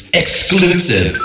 exclusive